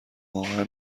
واقع